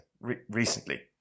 recently